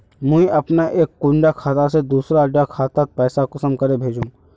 मुई अपना एक कुंडा खाता से दूसरा डा खातात पैसा कुंसम करे भेजुम?